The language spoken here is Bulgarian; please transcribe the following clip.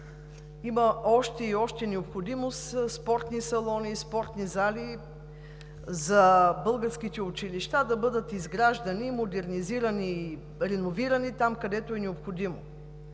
има още и още необходимост спортни салони, спортни зали за българските училища да бъдат изграждани, модернизирани и реновирани там, където е необходимо,